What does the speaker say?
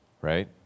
Right